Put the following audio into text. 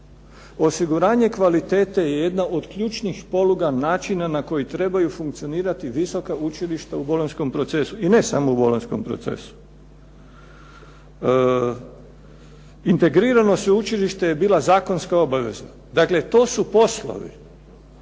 Osiguranje kvalitete je jedna od ključnih poluga načina na koji trebaju funkcionirati visoka učilišta u bolonjskom procesu, i ne samo u bolonjskom procesu. Integrirano sveučilište je bilo zakonska obaveza. Dakle to su poslovi